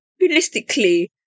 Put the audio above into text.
realistically